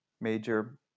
major